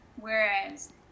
Whereas